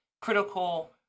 critical